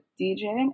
DJ